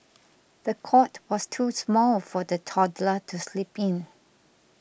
the cot was too small for the toddler to sleep in